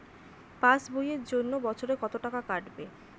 Pass বইয়ের জন্য বছরে কত টাকা কাটবে?